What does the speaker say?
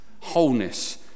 wholeness